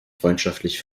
freundschaftlich